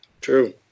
True